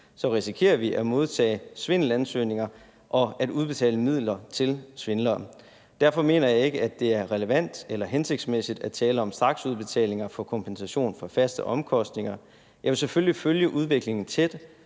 risikerer vi at modtage svindelansøgninger og at udbetale midler til svindleren. Derfor mener jeg ikke, at det er relevant eller hensigtsmæssigt at tale om straksudbetalinger for kompensation for faste omkostninger. Jeg vil selvfølgelig følge udviklingen tæt,